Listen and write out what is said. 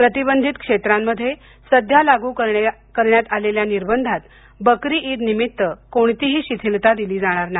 प्रतिबंधित क्षेत्रामध्ये सध्या लागू करण्यात आलेल्या निर्बंधात बकरी ईद निमित्त कोणतीही शिथीलता दिली जाणार नाही